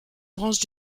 branche